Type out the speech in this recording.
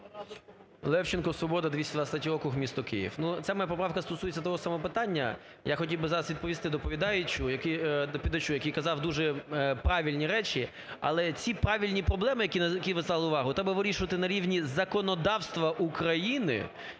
Левченко, "Свобода", 223 округ, місто Київ. Ну, ця моя поправка стосується того самого питання. Я хотів би зараз відповісти доповідачу, який казав дуже правильні речі. Але ці правильні проблеми, на які ви звертали увагу, треба вирішувати на рівні законодавства України